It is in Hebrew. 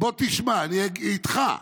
"בוא תשמע, אני איתך.